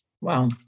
Wow